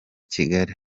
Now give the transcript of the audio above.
kigali